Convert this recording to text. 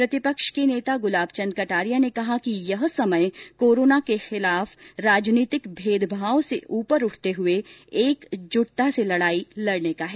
प्रतिपक्ष के नेता गुलाबचंद कटारिया ने कहा कि यह समय कोरोना के खिलाफ राजनीतिक भेदभाव से ऊपर उठते हुए एकजुटता से लड़ाई लड़ने का है